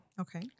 Okay